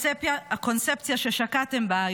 הקונספציה ששקעתם בה,